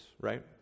right